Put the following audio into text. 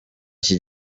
iki